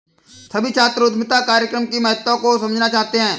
सभी छात्र उद्यमिता कार्यक्रम की महत्ता को समझना चाहते हैं